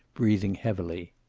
breathing heavily.